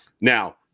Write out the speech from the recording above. Now